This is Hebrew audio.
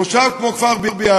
מושב כמו כפר-ביאליק,